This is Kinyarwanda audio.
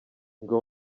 ngo